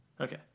Okay